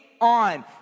on